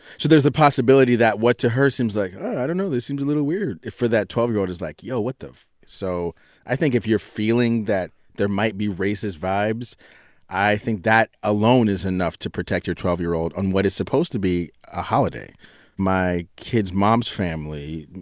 so there's the possibility that what to her seems like, i don't know, this seems a little weird, for that twelve year old, it's like yo, what the? so i think if you're feeling that there might be racist vibes i think that alone is enough to protect your twelve year old on what is supposed to be a holiday my kids' mom's family,